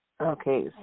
Okay